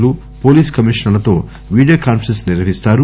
లు పోలీస్ కమీషనర్లతో video conference నిర్వహిస్తారు